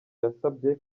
yasabye